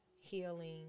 healing